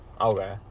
Okay